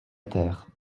terre